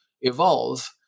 evolve